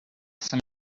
some